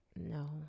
No